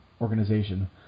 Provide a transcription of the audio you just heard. organization